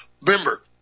Remember